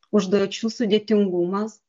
užduočių sudėtingumas